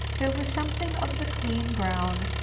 there was something of the clean brown,